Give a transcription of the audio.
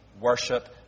worship